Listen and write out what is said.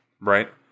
Right